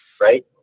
right